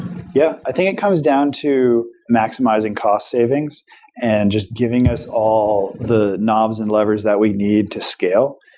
yeah. i think it comes down to maximizing cost savings and just giving us all the knobs and levers that we need to scale.